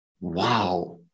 wow